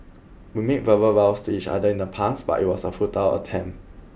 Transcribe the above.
we made verbal vows to each other in the past but it was a futile attempt